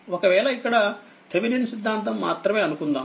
ఒకవేళ ఇక్కడథీవెనిన్ సిద్ధాంతం మాత్రమే అనుకుందాం